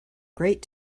great